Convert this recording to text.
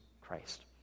Christ